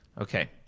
Okay